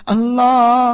Allah